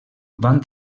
van